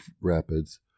Rapids